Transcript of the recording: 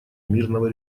мирного